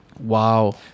Wow